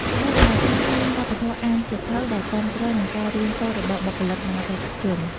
នៅកន្លែងខ្លះមានវប្បធម៌អានសៀវភៅដែលគាំទ្រនឹងការរៀនសូត្ររបស់បុគ្គលិក និងអតិថិជន។